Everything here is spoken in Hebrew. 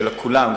של כולם,